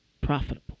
Profitable